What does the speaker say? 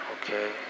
Okay